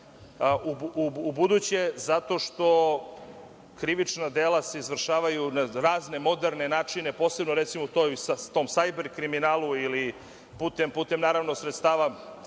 ubuduće, zato što se krivična dela izvršavaju na razne moderne načine, posebno, recimo, u tom sajber kriminalu ili putem sredstava